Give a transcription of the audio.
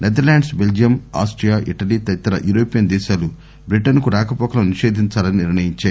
Netherlands Belgium Austria Italy తదితర European దేశాలు Britain కు రాకపోకలను నిషేధించాలని నిర్ణయించాయి